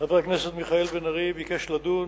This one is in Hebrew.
חבר הכנסת מיכאל בן-ארי ביקש לדון